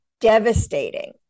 devastating